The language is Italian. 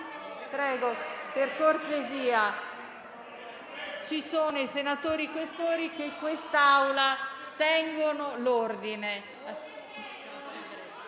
Per cortesia, ci sono i senatori Questori che in quest'Aula mantengono l'ordine.